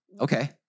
okay